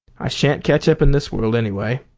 i sha'n't catch up in this world, anyway.